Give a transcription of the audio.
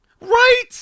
Right